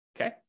okay